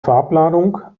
farbladung